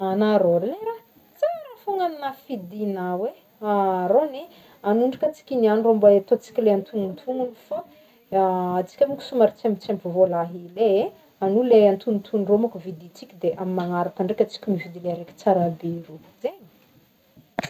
Agna rô le raha tsara fôgna gnahy no fidinao e ah rô ny alô ndreky tsiky niany rô mbô ataotsika le antognontognogno fô antsika mônko somary tsy ampy tsy ampy vôla hely e he ano le antognotognogno rô mô ko vidintsiky de amy manaraka ndraiky antsika mividy le raika tsara be rô zegny.